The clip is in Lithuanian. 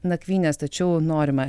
nakvynes tačiau norima